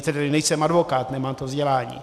Tedy nejsem advokát, nemám to vzdělání.